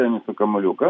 teniso kamuoliuką